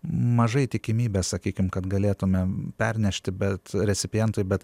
mažai tikimybės sakykim kad galėtumėm pernešti bet recipientui bet